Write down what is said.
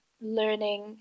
learning